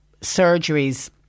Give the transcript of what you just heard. surgeries